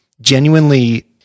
genuinely